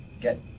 get